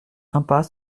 impasse